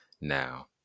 now